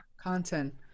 Content